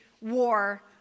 war